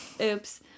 Oops